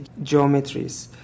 geometries